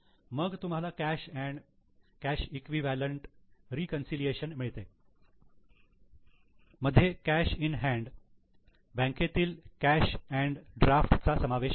मग तुम्हाला cash and cash इक्विवलेंटचे रिकन्सिलियेशन मिळते मध्ये कॅश इन हँड बँकेतील कॅश अंड ड्राफ्ट cash draftचा समावेश आहे